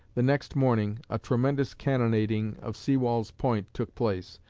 the next morning a tremendous cannonading of sewall's point took place.